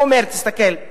הוא אומר, תסתכל: